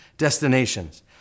destinations